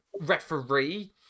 referee